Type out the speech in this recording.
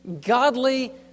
godly